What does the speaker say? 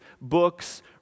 books